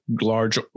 large